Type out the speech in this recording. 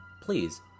please